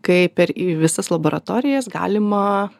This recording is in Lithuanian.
kai per į visas laboratorijas galima